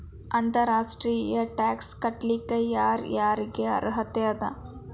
ಅಂತರ್ ರಾಷ್ಟ್ರೇಯ ಟ್ಯಾಕ್ಸ್ ಕಟ್ಲಿಕ್ಕೆ ಯರ್ ಯಾರಿಗ್ ಅರ್ಹತೆ ಅದ?